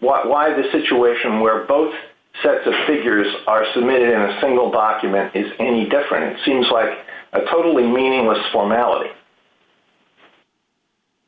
why why the situation where both sets of figures are submitted in a single document is any different seems like a totally meaningless formality